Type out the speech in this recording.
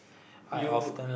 you